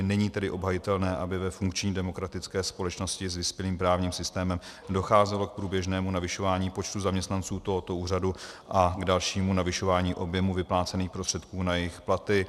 Není tedy obhajitelné, aby ve funkční demokratické společnosti s vyspělým právním systémem docházelo k průběžnému navyšování počtu zaměstnanců tohoto úřadu a k dalšímu navyšování objemu vyplácených prostředků na jejich platy.